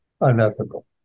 Unethical